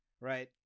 Right